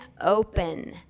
open